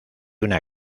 una